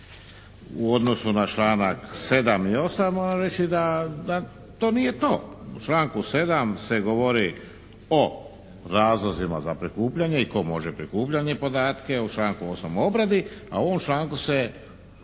u odnosu na članak 7. i 8. moram reći da to nije to. U članku 7. se govori o razlozima za prikupljanje i tko može prikupljati podatke, u članku 8. o obradi, a u ovom članku se